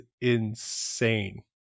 insane